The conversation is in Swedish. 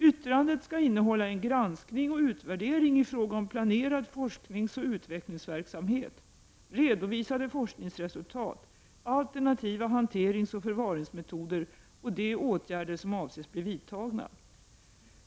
Yttrandet skall innehålla en granskning och utvärdering i fråga om planerad forskningsoch utvecklingsverksamhet, redovisade forskningsresultat, alternativa hanteringsoch förvaringsmetoder och de åtgärder som avses bli vidtagna.